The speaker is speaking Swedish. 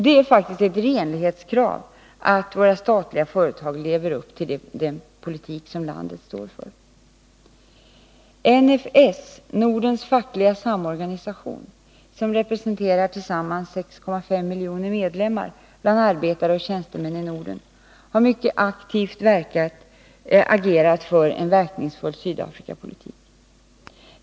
Det är faktiskt ett renlighetskrav att våra statliga företag lever upp till den politik som landet står för. NFS — Nordens fackliga samorganisation — som representerar tillsammans 6,5 miljoner medlemmar bland arbetare och tjänstemän i Norden har mycket aktivt agerat för en verkningsfull Sydafrikapolitik.